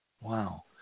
Wow